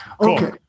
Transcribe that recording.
Okay